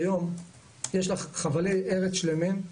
היום יש לך חבלי ארץ שלמים,